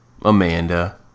Amanda